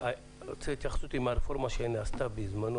אני רוצה התייחסות אם הרפורמה שנעשתה בזמנו